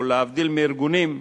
להבדיל מארגונים,